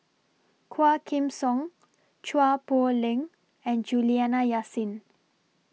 Quah Kim Song Chua Poh Leng and Juliana Yasin